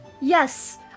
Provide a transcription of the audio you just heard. Yes